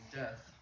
death